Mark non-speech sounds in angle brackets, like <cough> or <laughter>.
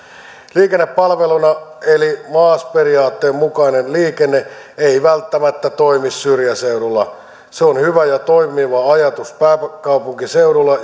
liikenne palveluna eli maas periaatteen mukainen liikenne ei välttämättä toimi syrjäseudulla se on hyvä ja toimiva ajatus pääkaupunkiseudulla <unintelligible>